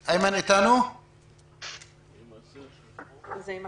כרגע יש לנו משהו כמו 130-120 מאומתים